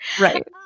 right